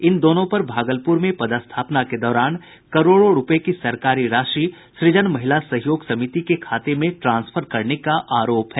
इन दोनों पर भागलपुर में पदस्थापना के दौरान करोड़ों रूपये की सरकारी राशि सृजन महिला सहयोग समिति के खाते में ट्रांसफर करने का आरोप है